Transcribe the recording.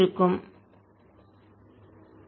rr mr3 Bfree0HBmedium 0H M0HMH 01MH